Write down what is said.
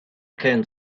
can